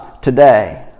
today